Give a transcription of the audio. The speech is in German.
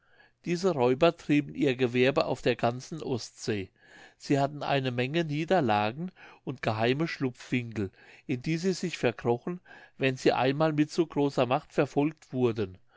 diese räuber trieben ihr gewerbe auf der ganzen ostsee sie hatten eine menge niederlagen und geheime schlupfwinkel in die sie sich verkrochen wenn sie einmal mit zu großer macht verfolgt wurden